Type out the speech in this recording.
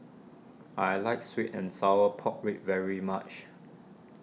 I like Sweet and Sour Pork Ribs very much